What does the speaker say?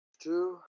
Two